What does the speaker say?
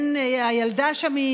הילדה שם,